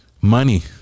Money